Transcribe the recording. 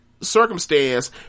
circumstance